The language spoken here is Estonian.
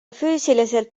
füüsiliselt